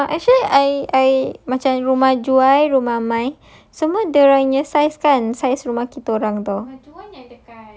actually rumah actually I I macam rumah juan rumah mai semua dia orang punya size kan size rumah kita orang [tau]